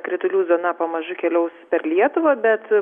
kritulių zona pamažu keliaus per lietuvą bet